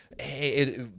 hey